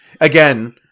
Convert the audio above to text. again